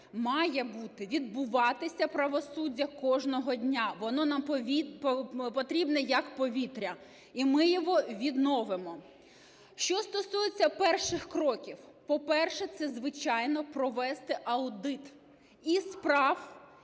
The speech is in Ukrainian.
має бути, відбуватися правосуддя кожного дня. Воно нам потрібне, як повітря, і ми його відновимо. Що стосується перших кроків. По-перше, це, звичайно, провести аудит і справ,